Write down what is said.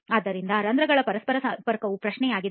ಆದ್ದರಿಂದ ರಂಧ್ರಗಳ ಪರಸ್ಪರ ಸಂಪರ್ಕವು ಪ್ರಶ್ನೆಯಾಗಿದೆ